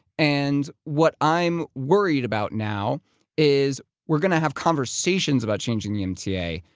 and what i'm worried about now is, we're going to have conversations about changing the mta,